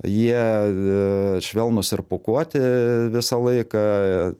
jie švelnūs ir pūkuoti visą laiką